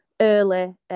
early